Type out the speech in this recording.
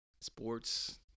sports